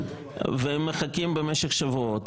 והן מחכות במשך שבועות,